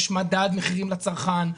יש מדד מחירים לצרכן,